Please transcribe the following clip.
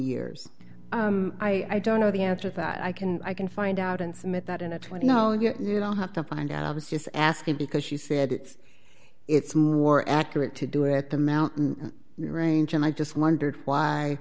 years i don't know the answer that i can i can find out and submit that in a twenty no you don't have to find out i was just asking because you said it it's more accurate to do it the mountain range and i just wondered why